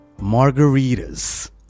Margaritas